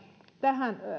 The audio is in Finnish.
tähän